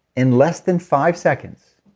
in less than five seconds,